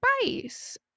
spice